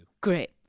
Great